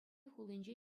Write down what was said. хулинче